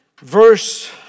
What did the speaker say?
Verse